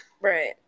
Right